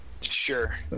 Sure